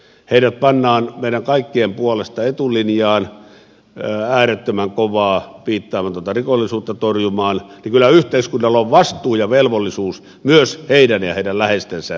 kun heidät pannaan meidän kaikkien puolesta etulinjaan äärettömän kovaa piittaamatonta rikollisuutta torjumaan niin kyllä yhteiskunnalla on vastuu ja velvollisuus myös suojella heitä ja heidän läheisiänsä